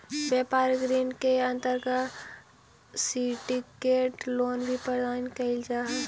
व्यापारिक ऋण के अंतर्गत सिंडिकेट लोन भी प्रदान कैल जा हई